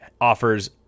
offers